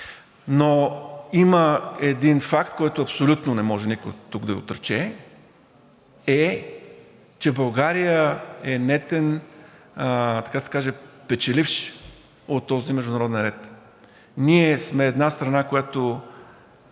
но има един факт, който абсолютно не може никой тук да отрече – че България е нетен печеливш от този международен ред. Ние сме една страна, която